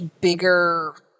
bigger